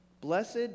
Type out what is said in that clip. Blessed